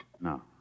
No